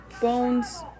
Bones